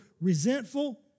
resentful